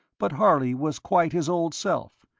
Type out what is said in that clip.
but harley was quite his old self,